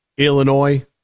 Illinois